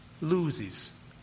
loses